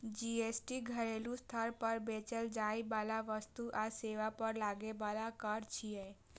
GST घरेलू स्तर पर बेचल जाइ बला वस्तु आ सेवा पर लागै बला कर छियै